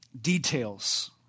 details